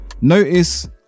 notice